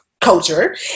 culture